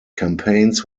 campaigns